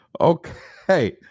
Okay